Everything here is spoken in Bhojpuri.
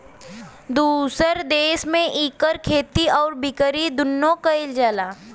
दुसर देस में इकर खेती आउर बिकरी दुन्नो कइल जाला